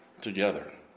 together